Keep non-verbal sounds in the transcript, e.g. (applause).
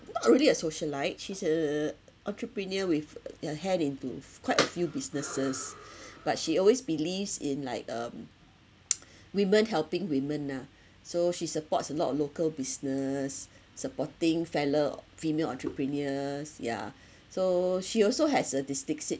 not really a socialite she's a entrepreneur with her head into f~ quite a few businesses but she always believes in like um (noise) women helping women ah so she supports a lot of local business supporting fellow female entrepreneurs ya so she also has a dyslexic